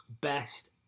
best